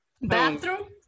bathroom